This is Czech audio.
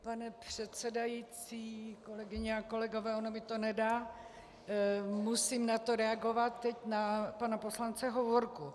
Pane předsedající, kolegyně a kolegové, ono mi to nedá, musím na to reagovat, teď na pana poslance Hovorku.